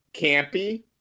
Campy